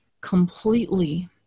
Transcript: completely